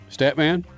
Statman